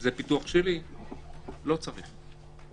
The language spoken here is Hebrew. אני לא רואה סיטואציה שדבר כזה עובר בלי אישור של הוועדה.